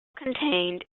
contained